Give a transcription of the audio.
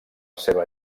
seva